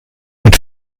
mit